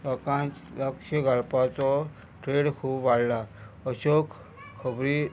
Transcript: लोकांच लक्ष घालपाचो ट्रेड खूब वाडला अश्यो खबरी